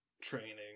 training